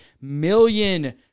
million